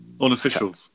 Unofficial